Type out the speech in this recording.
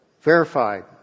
verified